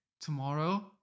tomorrow